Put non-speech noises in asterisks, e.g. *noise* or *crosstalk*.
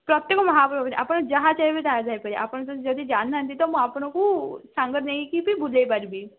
ପ୍ରତ୍ୟେକ *unintelligible* ଆପଣ ଯାହା ଚାହିଁବେ ତାହା ଯାଇପାରିବେ ଆପଣ ଯଦି ଜାଣିନାହାଁନ୍ତି ତ ମୁଁ ଆପଣଙ୍କୁ ସାଙ୍ଗରେ ନେଇକି ବି ବୁଲେଇ ପାରିବି